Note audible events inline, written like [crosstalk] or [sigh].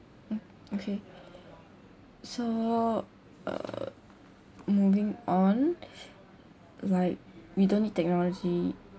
oh okay so uh moving on [breath] like we don't need technology